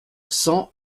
cent